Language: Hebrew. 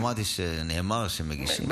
לא אמרתי מורשע, רק אמרתי שנאמר שמגישים.